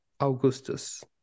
Augustus